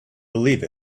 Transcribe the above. believe